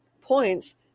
points